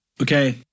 Okay